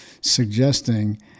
suggesting